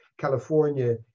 California